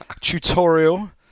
tutorial